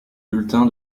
bulletin